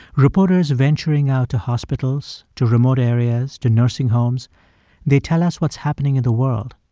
reporters venturing out to hospitals, to remote areas, to nursing homes they tell us what's happening in the world,